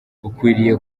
ukwiriye